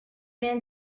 man